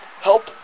Help